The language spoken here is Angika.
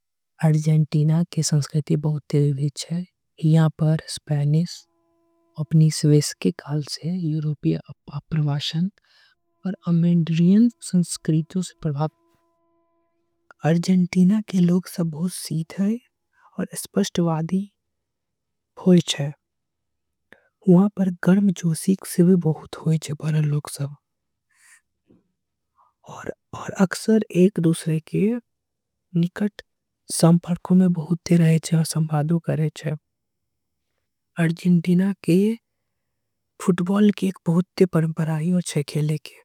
अर्जेंटीना के संस्कृति बहुत विविध होई। वह यहां के संस्कृति स्पेनिश मंडलियन। यूरोपीय संस्कृति से प्रभावित छे अर्जेंटीना। के लोग बहुत सीधे आऊ स्पष्ट वादी छे। उह पर एक दुसर के संपर्क में रहे छे संवादों। करे छे यहां फुटबॉल खेले जाए छीये।